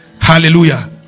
Hallelujah